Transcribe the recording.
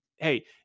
Hey